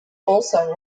also